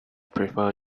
prefer